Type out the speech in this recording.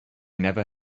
never